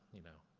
you know,